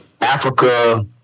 Africa